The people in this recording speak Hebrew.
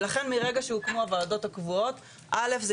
ולכן מרגע שהוקמו הוועדות הקבועות אלף זה